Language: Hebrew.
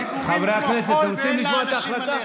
דיבורים כמו חול, ואין לאנשים מה לאכול.